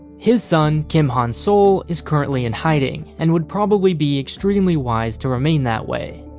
his son kim han-sol is currently in hiding and would probably be extremely wise to remain that way.